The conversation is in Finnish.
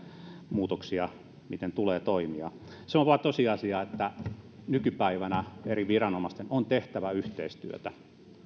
muutoksia miten tulee toimia se on vain tosiasia että nykypäivänä eri viranomaisten on tehtävä yhteistyötä